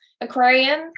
aquarium